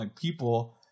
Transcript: people